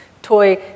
toy